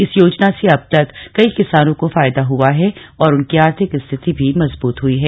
इस योजना से अब तक कई किसानों को फायदा हुआ है और उनकी आर्थिक स्थिति भी मजबूत हुई है